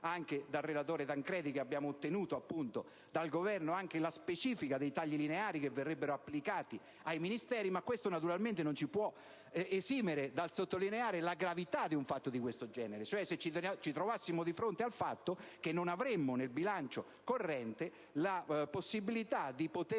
dal relatore Tancredi, che abbiamo ottenuto dal Governo anche la specifica dei tagli lineari che verrebbero applicati ai Ministeri. Ciò, naturalmente, non può però esimerci dal sottolineare la gravità di un fatto di questo genere, quale verrebbe a determinarsi se ci trovassimo di fronte al fatto si non avere nel bilancio corrente la possibilità di poter